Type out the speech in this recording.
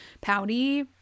pouty